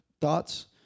thoughts